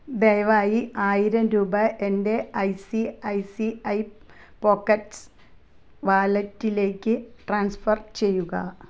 ദയവായി ആയിരം രൂപ എൻ്റെ I C I C I Pockets വാലറ്റിലേക്ക് ട്രാൻസ്ഫർ ചെയ്യുക